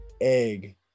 egg